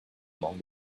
among